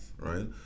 Right